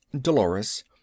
Dolores